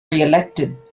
reelected